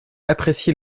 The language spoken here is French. apprécié